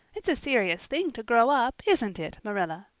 it's a serious thing to grow up, isn't it, marilla?